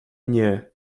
nie